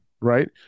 right